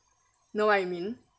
know what I mean